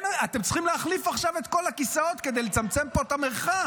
אתם צריכים להחליף עכשיו את כל הכיסאות כדי לצמצם פה את המרחב.